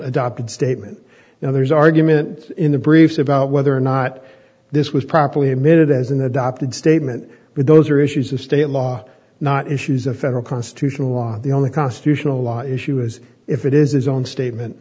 adopted statement now there's argument in the briefs about whether or not this was properly admitted as an adopted statement but those are issues of state law not issues of federal constitutional law the only constitutional law issue is if it is his own statement